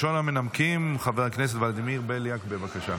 ראשון המנמקים, חבר הכנסת ולדימיר בליאק, בבקשה.